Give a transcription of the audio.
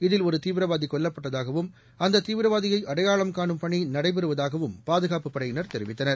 இதில் ஒரு தீவிரவாதி கொல்லப்பட்டதாகவும் அந்த தீவிரவாதியை அடையாளம் காணும் பணி நடைபெறுவதாக பாதுகாப்புப் படையினர் தெரிவித்தனர்